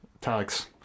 Tags